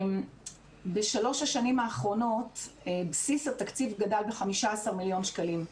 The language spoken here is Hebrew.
בשלוש השנים האחרונות בסיס התקציב גדל ב-15 מיליון שקלים,